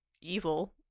evil